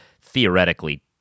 theoretically